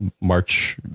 march